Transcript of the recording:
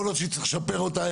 יכול להיות שצריך לשפר אותה,